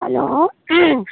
hello